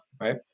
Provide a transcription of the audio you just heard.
right